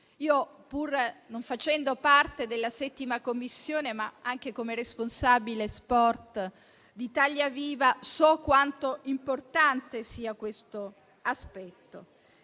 tipo. Pur non facendo parte della 7a Commissione, come responsabile sport di Italia Viva so quanto importante sia questo aspetto.